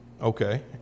okay